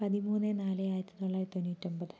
പതിമൂന്ന് നാല് ആയിരത്തിത്തൊള്ളായിരത്തി തൊണ്ണൂറ്റൊമ്പത്